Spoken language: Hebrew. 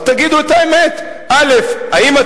אז תגידו את האמת, א.